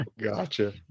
gotcha